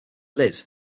liz